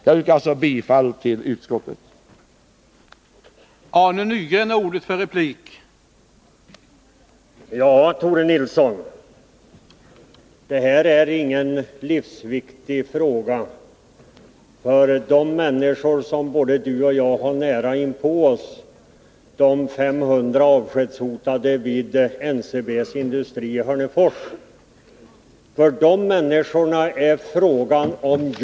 Jag yrkar alltså bifall till utskottets hemställan.